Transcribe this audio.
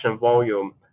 volume